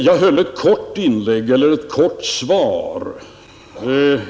Jag gav ett kort svar.